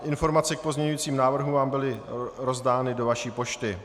Informace k pozměňujícím návrhům vám byly rozdány do vaší pošty.